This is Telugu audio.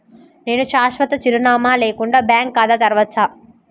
నేను శాశ్వత చిరునామా లేకుండా బ్యాంక్ ఖాతా తెరవచ్చా?